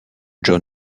john